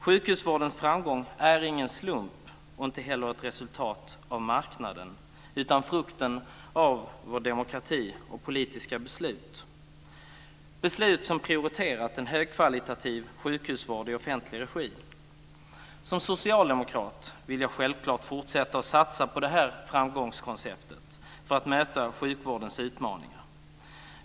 Sjukhusvårdens framgång är ingen slump och inte heller ett resultat av marknaden utan frukten av vår demokrati och våra politiska beslut, som prioriterat en högkvalitativ sjukhusvård i offentlig regi. Som socialdemokrat vill jag självklart fortsätta att satsa på det här framgångskonceptet för att möta sjukvårdens utmaningar.